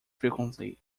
frequently